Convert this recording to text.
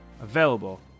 available